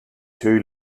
two